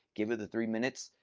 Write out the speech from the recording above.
give it the three minutes,